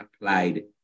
applied